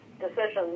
decisions